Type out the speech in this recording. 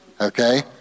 Okay